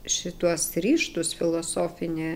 šituos ryžtus filosofinį